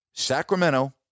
Sacramento